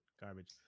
garbage